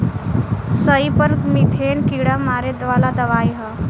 सईपर methane कीड़ा मारे वाला दवाई ह